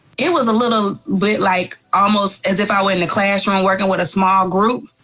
it was a little bit like almost as if i were in the classroom, workin' with a small group.